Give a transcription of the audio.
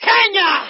Kenya